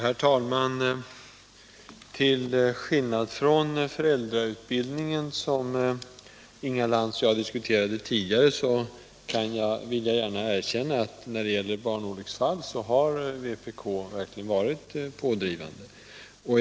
Herr talman! Till skillnad från vpk:s agerande beträffande föräldrautbildningen, som Inga Lantz och jag diskuterade tidigare, vill jag gärna erkänna att vpk verkligen har varit pådrivande när det gällt att förhindra barnolycksfall.